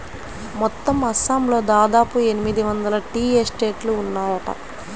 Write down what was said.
మొత్తం అస్సాంలో దాదాపు ఎనిమిది వందల టీ ఎస్టేట్లు ఉన్నాయట